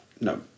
no